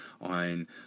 on